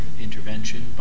intervention